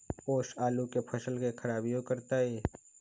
ओस आलू के फसल के खराबियों करतै?